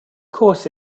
course